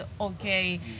okay